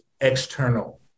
external